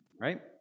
right